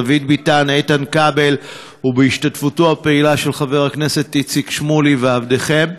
דוד ביטן ואיתן כבל ובהשתתפות פעילה של חבר הכנסת איציק שמולי ועבדכם,